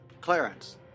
Clarence